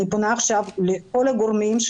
אני פונה עכשיו לכל הגורמים,